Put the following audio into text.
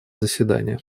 заседания